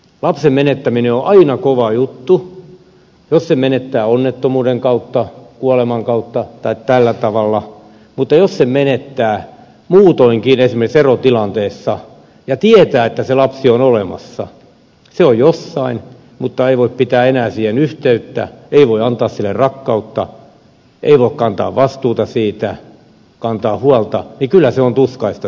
lapsen menettäminen on aina kova juttu jos lapsen menettää onnettomuuden kautta kuoleman kautta tai tällä tavalla mutta jos lapsen menettää muutoin esimerkiksi erotilanteessa ja tietää että se lapsi on olemassa hän on jossain mutta ei voi pitää enää häneen yhteyttä ei voi antaa hänelle rakkautta ei voi kantaa vastuuta hänestä kantaa huolta niin kyllä se on tuskaista sekin